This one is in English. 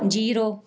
zero